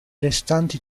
restanti